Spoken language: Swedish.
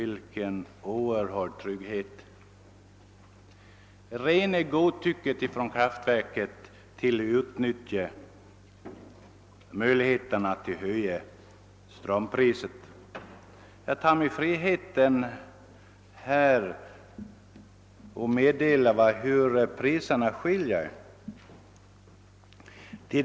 I praktiken får vi finna oss i det rena godtycket från Gotlands kraftverk vad gäller dess möjligheter att höja strömpriset. Jag tar mig här friheten att meddela några prisskillnader.